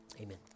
Amen